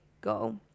go